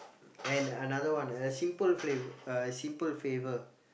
and another one a Simple F~ a Simple Favor